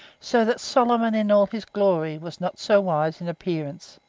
so that solomon in all his glory was not so wise in appearance.